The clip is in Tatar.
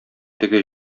теге